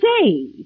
say